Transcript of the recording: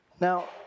Now